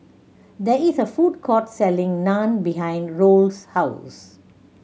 there is a food court selling Naan behind Roll's house